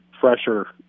fresher